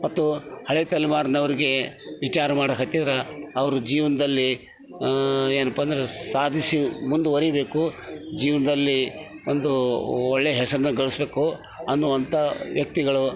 ಮತ್ತು ಹಳೆ ತಲೆಮಾರಿನವ್ರಿಗೆ ವಿಚಾರ ಮಾಡಕೆ ಹತ್ತಿದ್ರೆ ಅವರು ಜೀವನದಲ್ಲಿ ಏನಪ್ಪ ಅಂದರೆ ಸಾಧಿಸಿ ಮುಂದುವರಿಬೇಕು ಜೀವನದಲ್ಲಿ ಒಂದು ಒಳ್ಳೆ ಹೆಸ್ರನ್ನು ಗಳಿಸ್ಬೇಕು ಅನ್ನುವಂತ ವ್ಯಕ್ತಿಗಳು